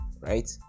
right